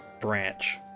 branch